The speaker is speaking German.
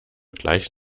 gleich